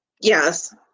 yes